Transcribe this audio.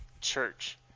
church